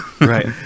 Right